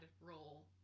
role